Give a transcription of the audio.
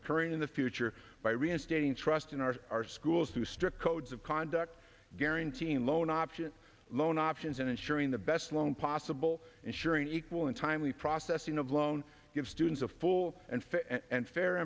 occurring in the future by reinstating trust in our our schools through strict codes of conduct guaranteeing loan option loan options and insuring the best loan possible ensuring equal and timely processing of loan give students a full and fair and fair